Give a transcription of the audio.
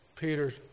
Peter